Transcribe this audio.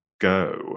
go